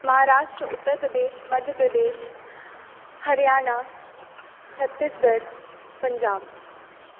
Maharashtra Uttar Pradesh Madhya Pradesh Haryana Chhattisgarh Punjab